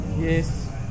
Yes